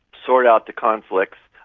sort out the conflicts,